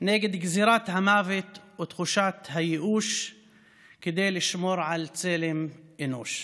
נגד גזרת המוות ותחושת הייאוש כדי לשמור על צלם אנוש.